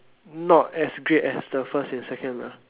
not as great as the first and second ah